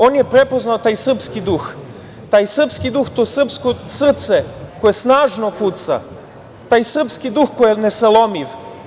On je prepoznao taj srpski duh, taj srpski duh, to srpsko srce koje snažno kuca, taj srpski duh koji je ne salomiv.